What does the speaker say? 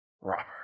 Robert